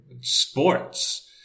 sports